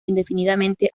indefinidamente